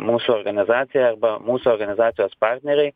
mūsų organizacija arba mūsų organizacijos partneriai